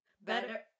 Better